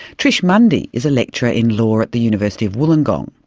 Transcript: trish mundy is a lecturer in law at the university of wollongong.